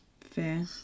Fair